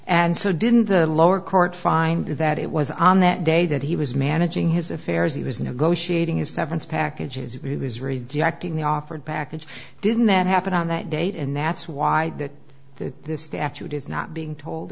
so didn't the lower court find that it was on that day that he was managing his affairs he was negotiating his severance packages he was rejecting the offered package didn't that happen on that date and that's why that that this statute is not being told